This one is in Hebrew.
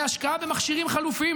להשקעה במכשירים חלופיים,